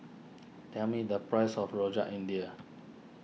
tell me the price of Rojak India